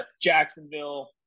Jacksonville